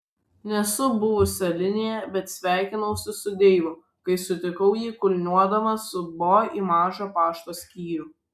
nesu buvusi alinėje bet sveikinausi su deivu kai sutikau jį kulniuodama su bo į mažą pašto skyrių